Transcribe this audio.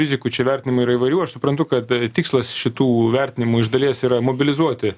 rizikų čia vertinimų yra įvairių aš suprantu kad tikslas šitų vertinimų iš dalies yra mobilizuoti